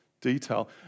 detail